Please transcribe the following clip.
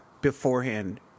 beforehand